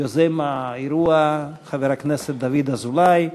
יוזם האירוע, חבר הכנסת דוד אזולאי.